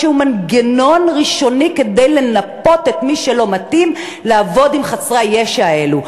מנגנון ראשוני כדי לנפות את מי שלא מתאים לעבוד עם חסרי הישע האלה.